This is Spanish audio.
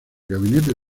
gabinete